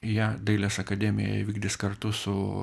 ją dailės akademija vykdys kartu su